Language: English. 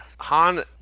Han